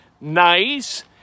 Nice